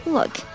Look